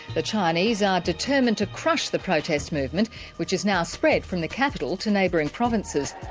the chinese are determined to crush the protest movement which has now spread from the capital to neighbouring provinces.